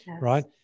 right